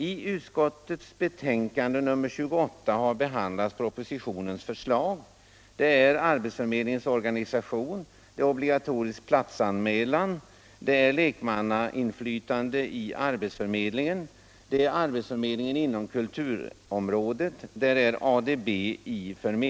I utskottets betänkande 28 har behandlats förslagen i proposition nr 84.